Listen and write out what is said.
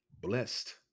blessed